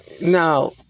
Now